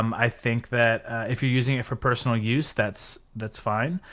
um i think that if you're using it for personal use that's that's fine,